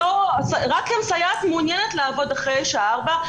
רק אם סייעת לעבוד מעוניינת לעבוד אחרי שעה ארבע,